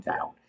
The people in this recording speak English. out